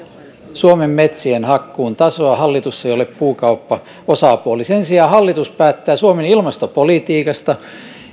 suomen metsien hakkuun tasoa hallitus ei ole puukauppaosapuoli sen sijaan hallitus päättää suomen ilmastopolitiikasta